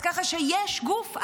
אז ככה שיש גוף.